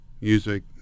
music